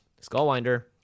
Skullwinder